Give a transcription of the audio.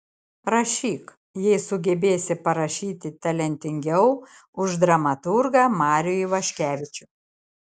rašyk jei sugebėsi parašyti talentingiau už dramaturgą marių ivaškevičių